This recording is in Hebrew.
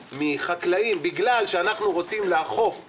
דיברתם מה עושים במקרה הזה?